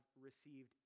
received